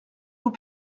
tout